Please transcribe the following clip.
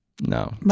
No